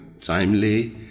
timely